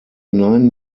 nine